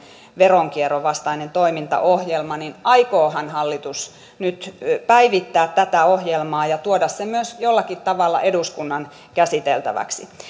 veronkierron vastainen toimintaohjelma niin aikoohan hallitus nyt päivittää tätä ohjelmaa ja tuoda sen myös jollakin tavalla eduskunnan käsiteltäväksi